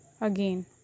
again